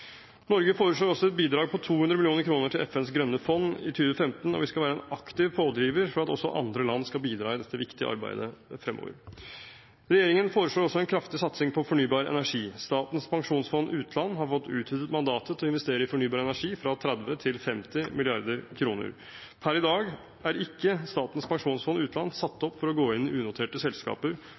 Norge foreslår også et bidrag på 200 mill. kr til FNs grønne fond i 2015, og vi skal være en aktiv pådriver for at også andre land skal bidra i dette viktige arbeidet fremover. Regjeringen foreslår også en kraftig satsing på fornybar energi. Statens pensjonsfond utland har fått utvidet mandatet til å investere i fornybar energi fra 30 mrd. kr til 50 mrd. kr. Per i dag er ikke Statens pensjonsfond utland satt opp for å gå inn i unoterte selskaper